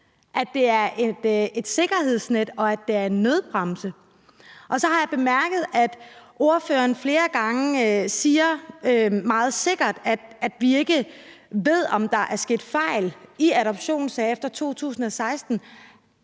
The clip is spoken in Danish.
at det er et sikkerhedsnet og en nødbremse. Og så har jeg bemærket, at ordføreren flere gange siger meget sikkert, at vi ikke ved, om der er sket fejl i adoptionssager fra 2016.